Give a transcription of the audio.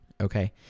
okay